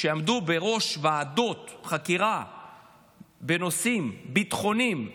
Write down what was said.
שעמדו בראש ועדות חקירה בנושאים ביטחוניים ומדיניים,